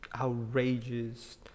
outrageous